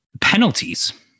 penalties